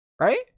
Right